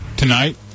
tonight